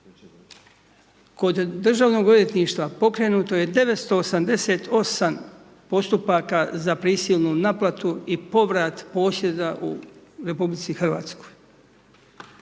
Kod Državnog odvjetništva pokrenuto je 988 postupaka za prisilnu naplatu i povrat posjeda u RH. Danas